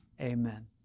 amen